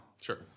Sure